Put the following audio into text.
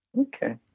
Okay